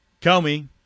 Comey